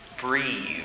Breathe